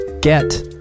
get